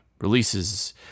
releases